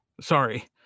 sorry